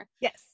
yes